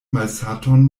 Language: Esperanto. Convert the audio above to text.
malsaton